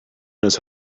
knows